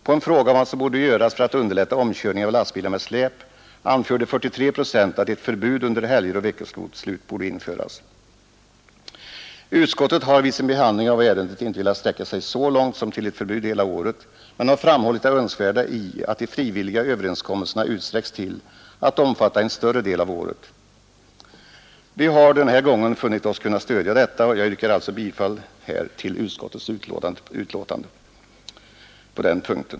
På en fråga om vad som borde göras för att underlätta omkörning av lastbilar med släp anförde 43 procent att ett förbud under helger och veckoslut borde införas. Utskottet har vid sin behandling av ärendet inte velat sträcka sig så långt som till ett förbud hela året, men utskottet har framhållit det önskvärda i att frivilliga överenskommelserna utsträcks till att omfatta en större del av året. Vi har den här gången funnit oss kunna stödja detta, och jag yrkar alltså bifall till utskottets betänkande på denna punkt.